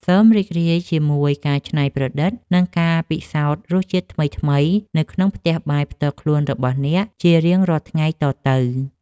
សូមរីករាយជាមួយការច្នៃប្រឌិត និងការពិសោធន៍រសជាតិថ្មីៗនៅក្នុងផ្ទះបាយផ្ទាល់ខ្លួនរបស់អ្នកជារៀងរាល់ថ្ងៃតទៅ។